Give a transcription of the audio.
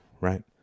Right